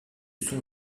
sont